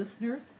listeners